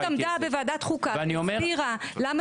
הפרקליטות עמדה בוועדת חוקה והסבירה למה